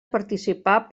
participar